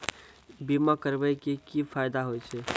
बीमा करबै के की फायदा होय छै?